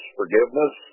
forgiveness